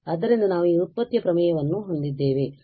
ಆದ್ದರಿಂದ ನಾವು ಈ ವ್ಯುತ್ಪತ್ತಿ ಪ್ರಮೇಯವನ್ನು ಹೊಂದಿದ್ದೇವೆ